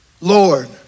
Lord